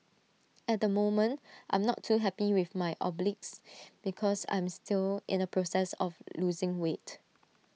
at the moment I'm not too happy with my obliques because I'm still in the process of losing weight